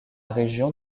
région